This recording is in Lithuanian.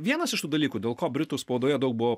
vienas iš tų dalykų dėl ko britų spaudoje daug buvo